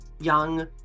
young